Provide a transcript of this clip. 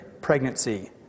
pregnancy